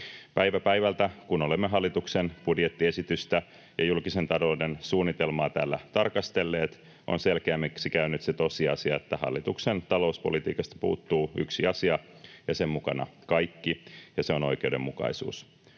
Päivä päivältä, kun olemme hallituksen budjettiesitystä ja julkisen talouden suunnitelmaa täällä tarkastelleet, on selkeämmäksi käynyt se tosiasia, että hallituksen talouspolitiikasta puuttuu yksi asia ja sen mukana kaikki, ja se on oikeudenmukaisuus.